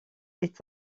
est